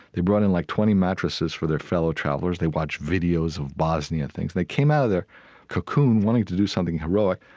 they brought in like twenty mattresses for their fellow travelers. they watched videos of bosnia and things. they came out of their cocoon wanting to do something heroic.